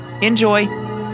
Enjoy